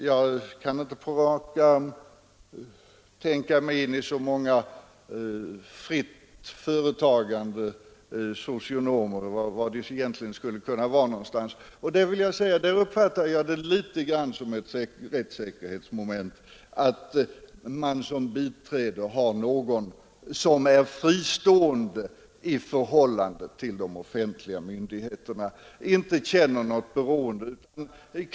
Jag kan inte på rak arm tänka mig så många fritt arbetande socionomer och var de egentligen skulle arbeta. Jag uppfattar detta som ett rättssäkerhetsmoment att man som biträde har någon som är fristående i förhållande till de offentliga myndigheterna och inte känner något beroende.